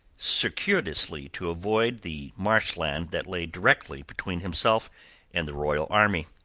circuitously to avoid the marshland that lay directly between himself and the royal army.